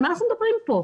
על מה אנחנו מדברים פה?